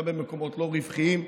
גם במקומות לא רווחיים,